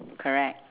correct